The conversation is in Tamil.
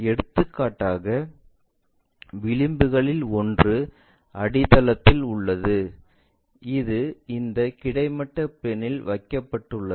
எடுத்துக்காட்டாக விளிம்புகளில் ஒன்று அடித்தளத்தில் உள்ளது இது இந்த கிடைமட்ட பிளேன்இல் வைக்கப்பட்டுள்ளது